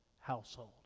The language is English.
household